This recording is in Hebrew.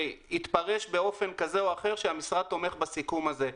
יתפרש באופן כזה או אחר שהמשרד תומך בסיכום הזה.